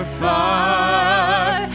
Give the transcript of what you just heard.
far